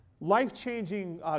life-changing